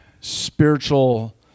spiritual